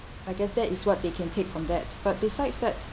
I guess that is what they can take from that but besides that